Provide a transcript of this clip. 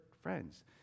friends